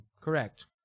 Correct